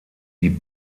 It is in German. die